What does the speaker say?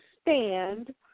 stand